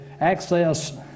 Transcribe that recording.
access